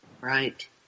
Right